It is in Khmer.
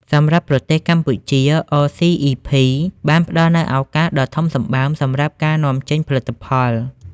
សម្រាប់ប្រទេសកម្ពុជា អ សុី អុី ភី (RCEP)បានផ្តល់នូវឱកាសដ៏ធំសម្បើមសម្រាប់ការនាំចេញផលិតផល។